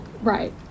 Right